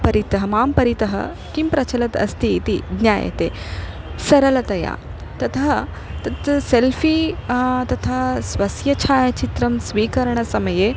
परितः मां परितः किं प्रचलत् अस्ति इति ज्ञायते सरलतया ततः तत् सेल्फ़ी तथा स्वस्य छायाचित्रं स्वीकरणसमये